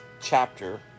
chapter